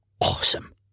awesome